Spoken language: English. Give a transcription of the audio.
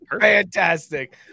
Fantastic